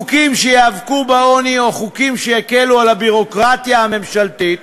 חוקים שייאבקו בעוני או חוקים שיקלו את הביורוקרטיה הממשלתית,